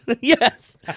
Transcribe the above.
Yes